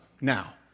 Now